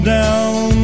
down